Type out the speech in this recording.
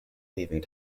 weaving